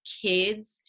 kids